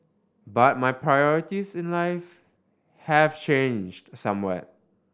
but my priorities in life have changed somewhat